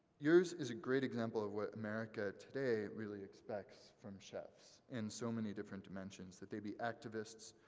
yours is a great example of what america today really expects from chefs, in so many different dimensions, that they be activists,